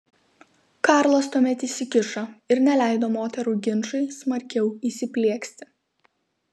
karlas tuomet įsikišo ir neleido moterų ginčui smarkiau įsiplieksti